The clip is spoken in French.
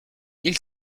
ils